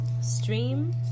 Stream